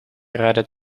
rijden